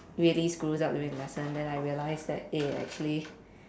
really screws up during lesson then I realise that eh actually